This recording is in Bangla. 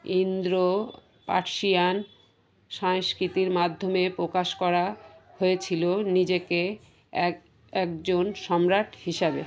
ইন্দো পারসিয়ান সংস্কৃতির মাধ্যমে প্রকাশ করা হয়েছিলো নিজেকে এক একজন সম্রাট হিসাবে